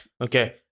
Okay